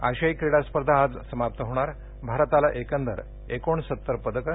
आशियाई क्रीडा स्पर्धा आज समाप्त होणार भारताला एकंदर एकोणसत्तर पदकं